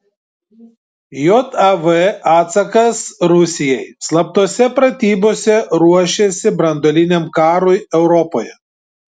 jav atsakas rusijai slaptose pratybose ruošėsi branduoliniam karui europoje